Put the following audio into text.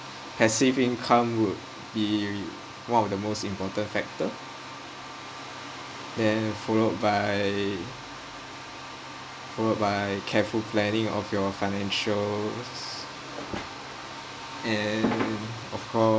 passive income would be one of the most important factor then followed by followed by careful planning of your financials and of course